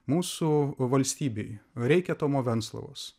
mūsų valstybei reikia tomo venclovos